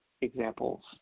examples